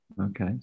Okay